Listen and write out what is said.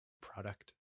product